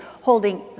holding